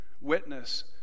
witness